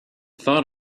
thought